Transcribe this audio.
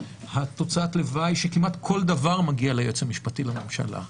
תוצאת הלוואי שכמעט כל דבר מגיע ליועץ המשפטי לממשלה,